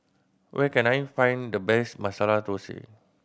where can I find the best Masala Dosa